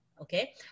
okay